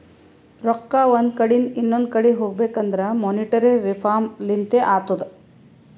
ರೊಕ್ಕಾ ಒಂದ್ ಕಡಿಂದ್ ಇನೊಂದು ಕಡಿ ಹೋಗ್ಬೇಕಂದುರ್ ಮೋನಿಟರಿ ರಿಫಾರ್ಮ್ ಲಿಂತೆ ಅತ್ತುದ್